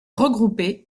regroupée